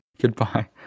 Goodbye